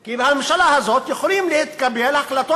כי בממשלה הזאת יכולות להתקבל ההחלטות